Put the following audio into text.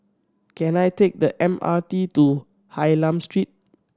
can I take the M R T to Hylam Street